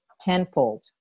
tenfold